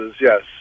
Yes